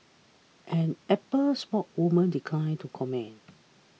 an Apple spokeswoman declined to comment